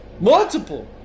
Multiple